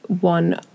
one